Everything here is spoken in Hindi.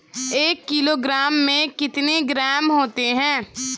एक किलोग्राम में कितने ग्राम होते हैं?